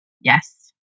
Yes